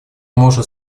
может